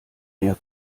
mehr